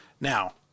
Now